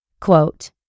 Quote